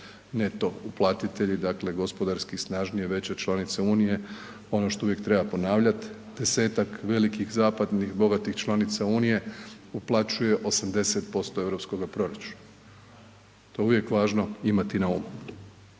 neto uplatitelji, dakle gospodarski snažnije, veće članice Unije, ono što uvijek treba ponavljat, 10-tak velikih zapadnih bogatih članica Unije uplaćuje 80% europskoga proračuna, to je uvijek važno imati na umu